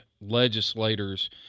legislators